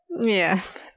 yes